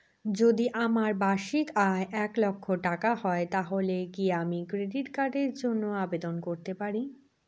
যদি আমার বার্ষিক আয় এক লক্ষ টাকা হয় তাহলে কি আমি ক্রেডিট কার্ডের জন্য আবেদন করতে পারি?